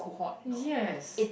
yes